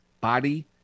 body